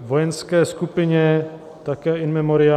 vojenské skupině, také in memoriam.